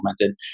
implemented